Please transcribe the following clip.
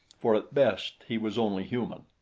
for at best he was only human.